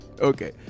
Okay